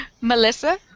Melissa